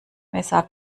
messer